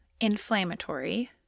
inflammatory